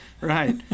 Right